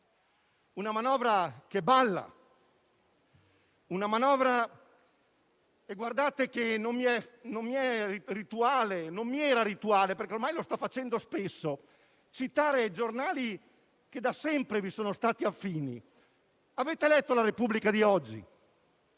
una manovra che balla. Non mi era rituale, ma ormai lo sto facendo spesso, citare giornali che da sempre vi sono affini. Avete letto «la Repubblica» di oggi